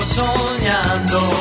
sognando